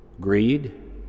greed